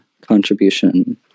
contribution